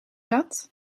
dat